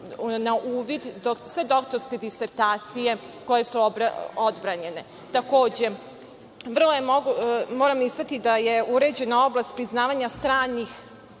na uvid sve doktorske disertacije koje su odbranjene. Takođe, moram istaći da je uređena oblast priznavanja stranih